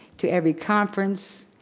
to every conference,